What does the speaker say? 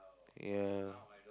ya